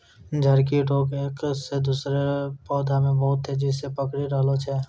झड़की रोग एक से दुसरो पौधा मे बहुत तेजी से पकड़ी रहलो छै